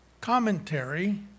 commentary